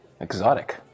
Exotic